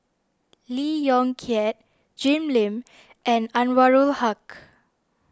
Lee Yong Kiat Jim Lim and Anwarul Haque